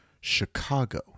Chicago